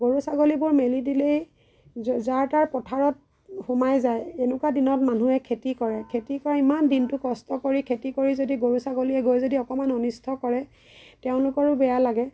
গৰু ছাগলীবোৰ মেলি দিলেই যাৰ তাৰ পথাৰত সোমাই যায় এনেকুৱা দিনত মানুহে খেতি কৰে খেতি কৰি ইমান দিনটো কষ্ট কৰি খেতি কৰি যদি গৰু ছাগলীয়ে গৈ যদি অকণমান অনিষ্ট কৰে তেওঁলোকৰো বেয়া লাগে